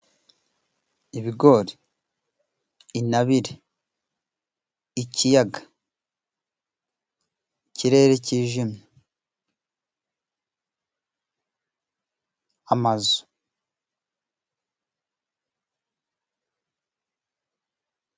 Ibigori, inabire, ikiyaga, ikirere cyijimye, amazu.